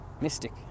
mystic